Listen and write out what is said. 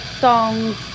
songs